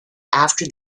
after